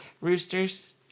Roosters